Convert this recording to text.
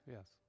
Yes